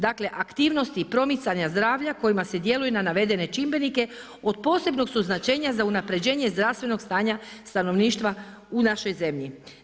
Dakle, aktivnosti promicanja zdravlja kojima se djeluje na navedene čimbenike od posebnog su značenja za unapređenje zdravstvenog stanja stanovništva u našoj zemlji.